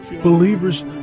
Believers